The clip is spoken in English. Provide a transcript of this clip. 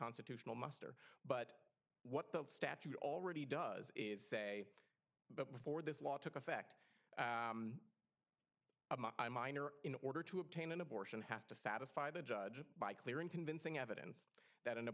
constitutional muster but what the statute already does is say but before this law took effect a minor in order to obtain an abortion has to satisfy the judge by clear and convincing evidence that an